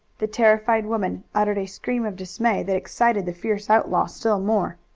the terrified woman uttered a scream of dismay that excited the fierce outlaw still more.